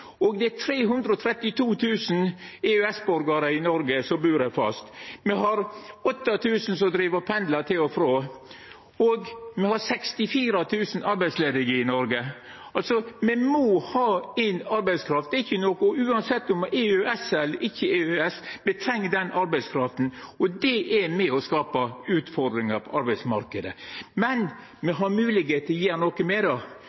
Det er 332 000 EØS-borgarar i Noreg som bur her fast. Me har 8 000 som pendlar til og frå, og me har 64 000 arbeidsledige i Noreg. Me må altså ha inn arbeidskraft. Uansett EØS eller ikkje EØS – me treng den arbeidskrafta. Det er med på å skapa utfordringar på arbeidsmarknaden, men me har moglegheit til å gjera noko